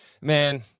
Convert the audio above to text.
man